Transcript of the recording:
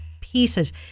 pieces